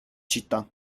città